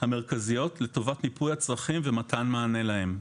המרכזיות וזאת לטובת מיפוי הצרכים ומתן המענה שלהם.